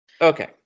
Okay